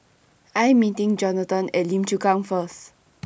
I Am meeting Johnathon At Lim Chu Kang First